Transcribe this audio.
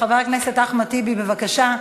חבר הכנסת אחמד טיבי, בבקשה.